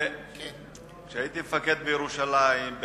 כשהייתי מפקד בירושלים,